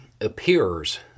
appears